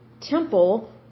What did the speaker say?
temple